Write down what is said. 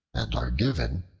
and are given,